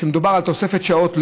שמדובר על תוספת שעות,